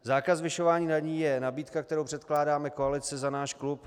Zákaz zvyšování daní je nabídka, kterou předkládáme koalici za náš klub.